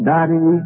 Daddy